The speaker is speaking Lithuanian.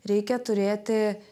reikia turėti